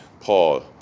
Paul